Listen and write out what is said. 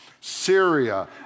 Syria